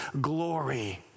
glory